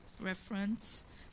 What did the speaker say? reference